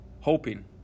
hoping